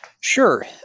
Sure